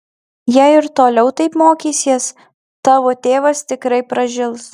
jei ir toliau taip mokysies tavo tėvas tikrai pražils